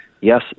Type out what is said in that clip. Yes